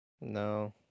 No